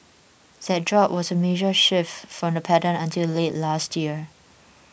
that drop was a major shift from the pattern until late last year